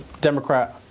Democrat